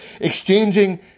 exchanging